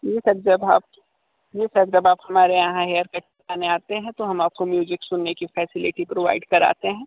जी sir जब आप जी सर जब आप हमारे यहां हेअरकट कराने आते हैं तो हम आपको म्यूज़िक सुनने की फ़ैसिलिटी प्रोवाइड कराते हैं